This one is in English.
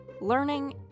Learning